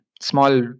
small